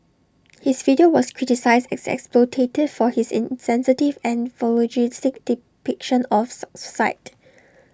his video was criticised as exploitative for his insensitive and voyeuristic depiction of